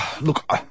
Look